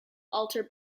alter